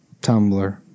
Tumblr